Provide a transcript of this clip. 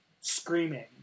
screaming